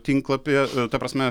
tinklapyje ta prasme